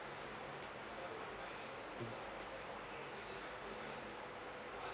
mm